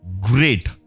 great